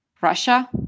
Russia